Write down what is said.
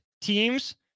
teams